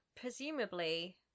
presumably